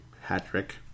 hat-trick